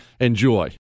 Enjoy